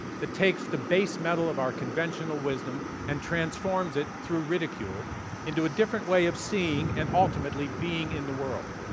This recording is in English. takes the base metal of our conventional wisdom and transforms it through ridicule into a different way of seeing and ultimately being in the world.